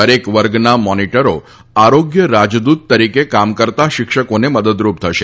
દરેક વર્ગના મોનિટરો આરોગ્ય રાજદૂત તરીકે કામ કરતા શિક્ષકોને મદદરૂપ થશે